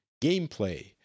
gameplay